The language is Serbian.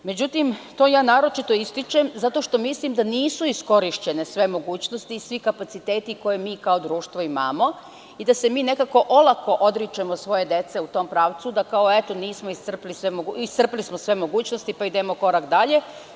Međutim, to naročito ističem zato što mislim da nisu iskorišćene sve mogućnosti i svi kapaciteti koje mi kao društvo imamo i da se mi nekako olako odričemo svoje dece u tom pravcu da kao etoiscrpeli smo sve mogućnosti pa idemo korak dalje.